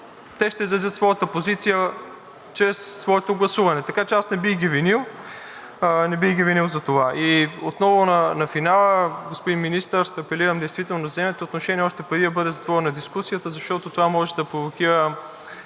те ще изразят своята позиция чрез своето гласуване. Така че аз не бих ги винил за това. И отново на финала, господин Министър, апелирам действително да вземете отношение още преди да бъде затворена дискусията, защото това може да провокира